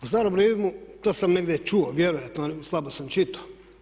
U starom Rimu to sam negdje čuo, vjerojatno, slabo sam čitao.